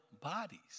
bodies